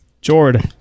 Jordan